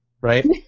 right